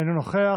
אינו נוכח,